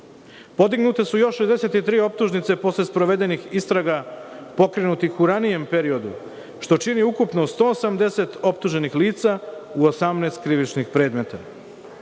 Podignute su još 63 optužnice posle sprovedenih istraga pokrenutim u ranijem periodu što čini ukupno 180 optuženih lica u 18 krivičnih predmeta.